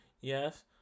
yes